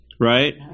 right